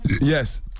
yes